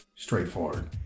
Straightforward